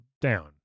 down